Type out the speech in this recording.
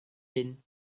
hyn